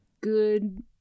good